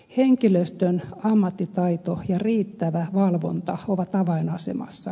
henkilöstön ammattitaito ja riittävä valvonta ovat avainasemassa